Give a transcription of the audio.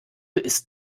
ist